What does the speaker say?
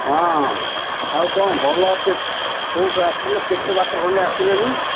ହଁ ଆଉ କ'ଣ ଭଲ ଅଛି କେଉଁଠୁ ଆସିଲ କେତେ ବାଟ ଖଣ୍ଡେ ଆସିଲେଣି